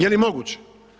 Je li moguće?